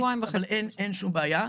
אבל אין שום בעיה.